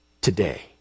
today